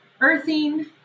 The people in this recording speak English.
earthing